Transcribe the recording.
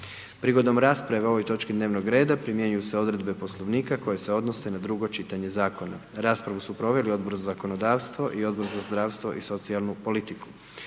Prigodom rasprave o ovoj točki dnevnog reda primjenjuju se odredbe poslovnika koje se odnose na drugo čitanje zakona. Raspravu su proveli Odbor za zakonodavstvo i Odbor za zdravstvo i socijalnu politiku.